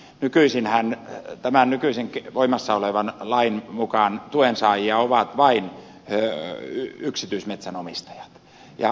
nykyisinhän tämän nykyisen voimassa olevan lain mukaan tuensaajia ovat vain yksityismetsänomistajat